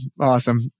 awesome